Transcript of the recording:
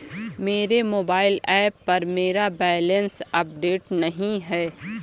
मेरे mobile app पर मेरा बैलेंस अपडेट नहीं है